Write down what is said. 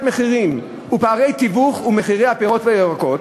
מחירים ופערי תיווך ומחירי הפירות והירקות: